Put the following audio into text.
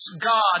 God